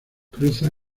cruza